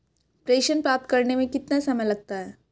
प्रेषण प्राप्त करने में कितना समय लगता है?